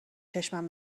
چشمم